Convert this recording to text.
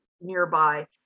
nearby